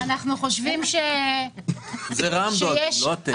זה רע"מ דואגים, לא אתם.